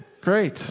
Great